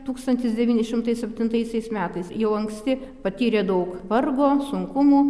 tūkstantis devyni šimtai septintaisiais metais jau anksti patyrė daug vargo sunkumų